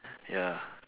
ya